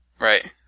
Right